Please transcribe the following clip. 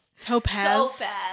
Topaz